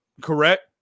Correct